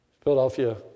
Philadelphia